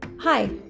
Hi